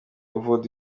evode